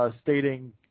Stating